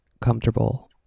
comfortable